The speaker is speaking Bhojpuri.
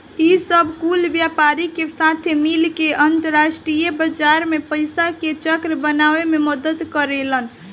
ई सब कुल व्यापारी के साथे मिल के अंतरास्ट्रीय बाजार मे पइसा के चक्र बनावे मे मदद करेलेन